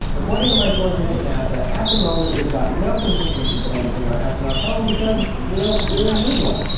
according to my sources at nasa, at the moment, we've got no contingency plan to bring our astronauts home, because we don't really need one.